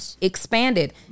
expanded